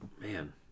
man